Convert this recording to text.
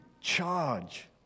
charge